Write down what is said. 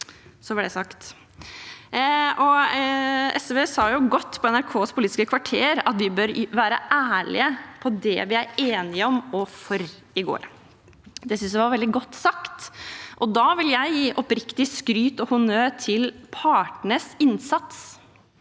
Så var det sagt. SV sa det godt på NRKs Politisk kvarter i går: Vi bør være ærlige om det vi er enige om og for. Det synes jeg var veldig godt sagt, og da vil jeg gi oppriktig skryt og honnør til partenes innsats.